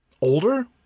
Older